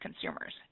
consumers